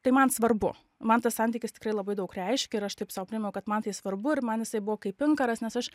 tai man svarbu man tas santykis tikrai labai daug reiškė ir aš taip sau primenu kad man tai svarbu ir man jisai buvo kaip inkaras nes aš